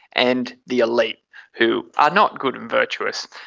and the elite who are not good and virtuous.